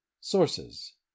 Sources